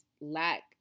lack